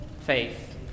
faith